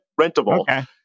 rentable